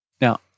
Now